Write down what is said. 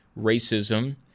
racism